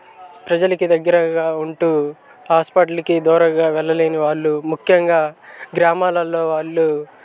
ప్రజలకి దగ్గరగా ఉంటు హాస్పటల్కి దూరంగా వెళ్ళలేని వాళ్ళు ముఖ్యంగా గ్రామాలలో వాళ్ళు